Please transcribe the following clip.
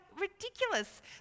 ridiculous